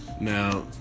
now